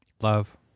Love